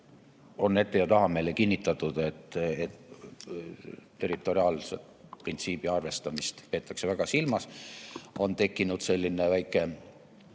ette ja taha kinnitatud, et territoriaalse printsiibi arvestamist peetakse väga silmas. On tekkinud sellised minu